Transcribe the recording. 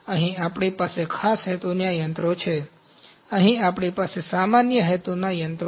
અહીં આપણી પાસે ખાસ હેતુના યંત્રો છે અહીં આપણી પાસે સામાન્ય હેતુના યંત્રો છે